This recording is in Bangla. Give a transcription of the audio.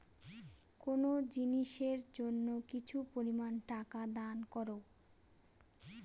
কোনো জিনিসের জন্য কিছু পরিমান টাকা দান করো